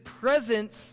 presence